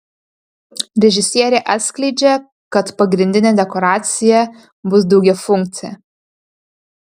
režisierė atskleidžia kad pagrindinė dekoracija bus daugiafunkcė